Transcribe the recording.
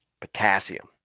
potassium